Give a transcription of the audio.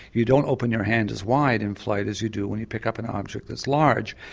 you don't open your hand as wide in flight as you do when you pick up an object that's large.